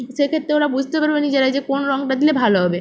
সেক্ষেত্রে ওরা বুঝতে পারবে নিজেরা যে কোন রংটা দিলে ভালো হবে